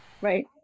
Right